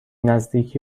نزدیکی